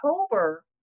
October